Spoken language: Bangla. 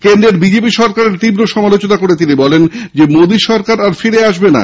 কেন্দ্রের বিজেপি সরকারের তীব্র সমালোচনা করে তিনি বলেন মোদী সরকার আর ফিরে আসবে না